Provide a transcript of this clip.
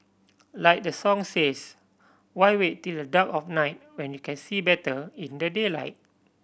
like the song says why wait till the dark of night when you can see better in the daylight